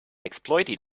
exploited